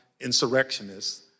insurrectionists